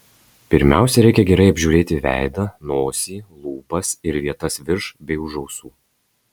pirmiausia reikia gerai apžiūrėti veidą nosį lūpas ir vietas virš bei už ausų